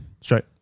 Straight